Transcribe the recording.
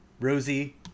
Rosie